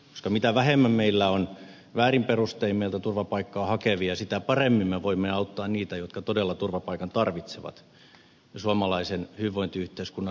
koska mitä vähemmän meillä on väärin perustein meiltä turvapaikkaa hakevia sitä paremmin me voimme auttaa niitä jotka todella tarvitsevat turvapaikan ja suomalaisen hyvinvointiyhteiskunnan suojaa